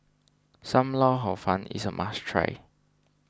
Sam Lau Hor Fun is a must try